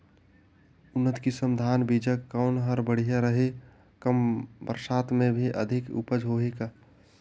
उन्नत किसम धान बीजा कौन हर बढ़िया रही? कम बरसात मे भी अधिक उपज होही का?